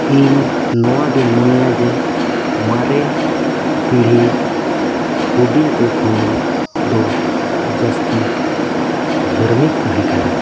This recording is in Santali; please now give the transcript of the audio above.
ᱤᱧ ᱱᱚᱣᱟᱜᱤᱧ ᱢᱚᱱᱮᱭᱟ ᱡᱮ ᱢᱟᱨᱮ ᱯᱤᱲᱦᱤ ᱦᱩᱰᱤᱝ ᱠᱚ ᱠᱷᱚᱱ ᱫᱚ ᱡᱟᱹᱥᱛᱤ ᱫᱷᱟᱹᱨᱢᱤᱠ ᱛᱟᱦᱮᱸ ᱠᱟᱱᱟ